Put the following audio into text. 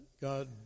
God